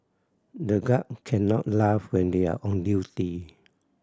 the guard can not laugh when they are on duty